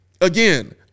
again